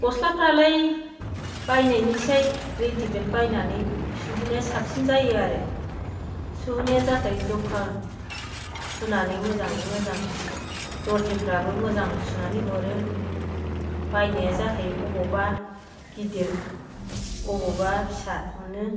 गस्लाफ्रालाय बायनायनिख्रुय रेडिमेड बायनानै सुहोनाया साबसिन जायो आरो सुहोनाया जाबाय जखा सुनानै मोजाङै मोजां दर्जिफ्राबो मोजां सुनानै हरो बायनाया जाखायो बबेयावबा गिदिर बबेयावबा फिसा मोनो